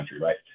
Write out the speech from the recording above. right